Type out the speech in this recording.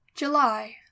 July